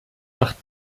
macht